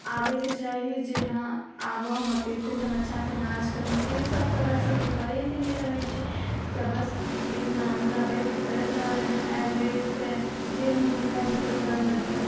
आबैके चाही जे हँ आबऽ हमरा पेशेन्ट हम अच्छासे इलाज करू से सब तऽ ओकरासभके करैएके नहि रहै छै सब बस एन्ने ओन्ने बैठिके करैत रहल आएल लेट से जे मोन भेल से करलक गन